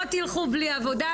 לא תלכו בלי עבודה.